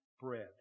bread